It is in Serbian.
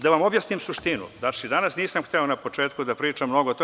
Da vam objasnim suštinu, danas nisam hteo na početku da pričam mnogo o tome.